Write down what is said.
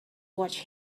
watch